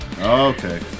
Okay